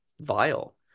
vile